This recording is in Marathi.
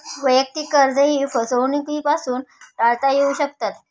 वैयक्तिक कर्जेही फसवणुकीपासून टाळता येऊ शकतात